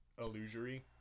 illusory